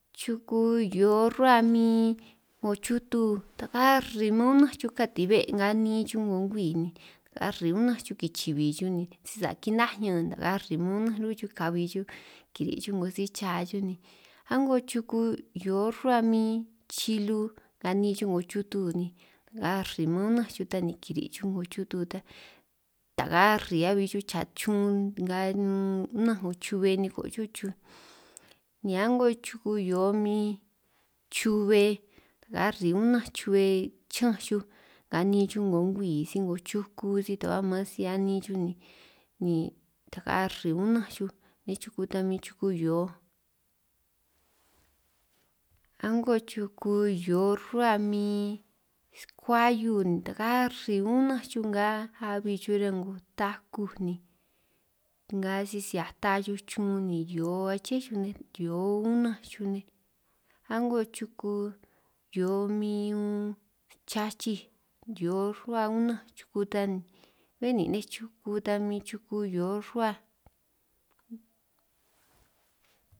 Chuku hio rruhuá min 'ngo chutu ta karri maan chuj unanj chuj katin' be' nga niin chuj ngo ngwii ni ta arri unanj chuj kichiij bi chuj, ni sisa' kinaaj ñaan ni ta karri unanj ñún chuj kabi chuj kiri' chuj 'ngo si cha chuj ni, a'ngo chuku hio rruhua min chilu ka niin chuj 'ngo chutu ni ta arri maan unanj chuj ta ni kiri' chuj 'ngo chutu ta, ta karri abi chuj cha chun nga unanj 'ngo chubbe niko' cho' chuj, ni a'ngo chuku hio min chubbe ta arri unanj chubbe chiñanj chuj nga niin chuj 'ngo ngwii si 'ngo chuku si ta ba maan si niin chuj ni, ni ta karri unanj chuj nej chuku ta min chuku hio, a'ngo chuku hio rruhua min skuahiu ni ta karri unanj chuj nnga abi chuj riñan 'ngo takuj, ni nnga sisi ata chuj chun ni hio aché chuj nej si hio unanj chuj nej, a'ngo chuku hio min unn chachij, hio rruhua unanj chuku tan ni bé nin' nej chuku tan min chuku hio rruhua.